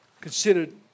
considered